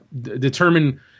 determine